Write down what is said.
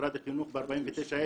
משרד החינוך ב-49,000.